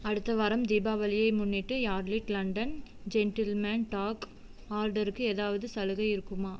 அடுத்த வாரம் தீபாவளியை முன்னிட்டு யார்லிக் லண்டன் ஜென்டில்மேன் டாக் ஆர்டருக்கு ஏதாவது சலுகை இருக்குமா